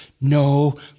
no